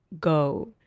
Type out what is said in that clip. go